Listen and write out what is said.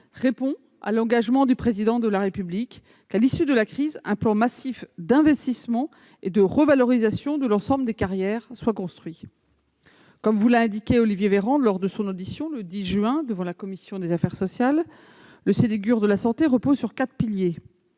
répond à l'engagement du Président de la République en faveur de la construction, à l'issue de la crise, d'un plan massif d'investissements et de revalorisation de l'ensemble des carrières. Comme vous l'a indiqué Olivier Véran lors de son audition, le 10 juin dernier, devant la commission des affaires sociales, le Ségur de la santé repose sur quatre piliers.